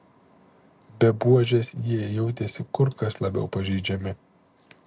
be buožės jie jautėsi kur kas labiau pažeidžiami